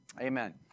Amen